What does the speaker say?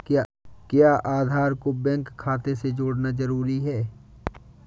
क्या आधार को बैंक खाते से जोड़ना जरूरी है?